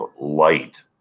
light